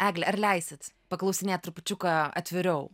egle ar leisit paklausinėt trupučiuką atviriau